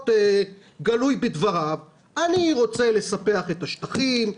גלוי בדבריו - אני רוצה לספח את השטחים,